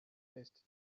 tasted